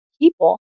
people